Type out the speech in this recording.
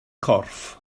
corff